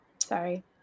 Sorry